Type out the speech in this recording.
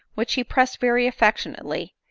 which he pressed very affectionately,